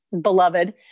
beloved